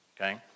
okay